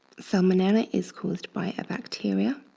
salmonella is caused by bacteria.